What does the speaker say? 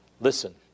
Listen